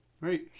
right